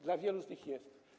Dla wielu z nich jest.